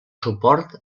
suport